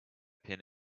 pin